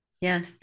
yes